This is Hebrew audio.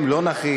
הם לא נחים,